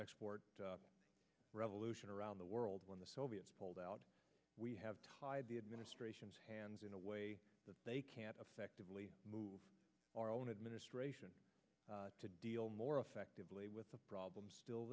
export revolution around the world when the soviets pulled out we have tied the administration's hands in a way that they can't affectively move our own administration to deal more effectively with the problems still